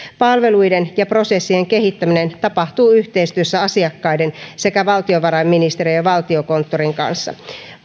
palveluiden ja prosessien kehittäminen tapahtuu yhteistyössä asiakkaiden sekä valtiovarainministeriön ja valtiokonttorin kanssa